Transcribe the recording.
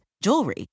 jewelry